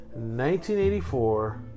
1984